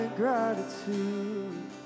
gratitude